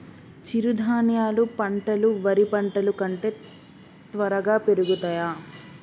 చిరుధాన్యాలు పంటలు వరి పంటలు కంటే త్వరగా పెరుగుతయా?